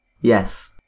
Yes